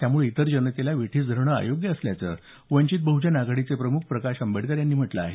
त्यामुळे इतर जनतेला वेठीस धरणं अयोग्य असल्याचं वंचित बहजन आघाडीचे प्रमुख प्रकाश आंबेडकर यांनी म्हटलं आहे